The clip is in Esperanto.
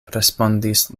respondis